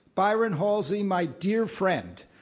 byron halsey, my dear friend,